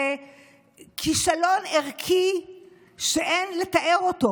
זה כישלון ערכי שאין לתאר אותו.